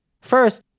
First